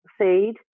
seed